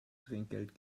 trinkgeld